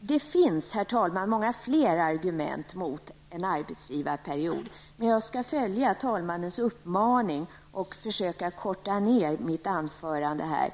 Det finns många fler argument mot en arbetsgivarperiod, men jag skall följa talmannens uppmaning och försöka korta ner mitt anförande.